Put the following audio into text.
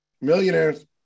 Millionaires